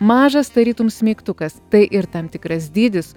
mažas tarytum smeigtukas tai ir tam tikras dydis